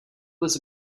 was